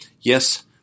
Yes